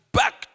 back